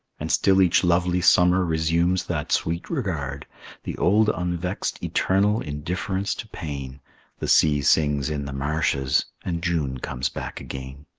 and still each lovely summer resumes that sweet regard the old unvexed eternal indifference to pain the sea sings in the marshes, and june comes back again.